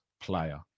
player